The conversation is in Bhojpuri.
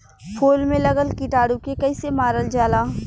फूल में लगल कीटाणु के कैसे मारल जाला?